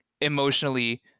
emotionally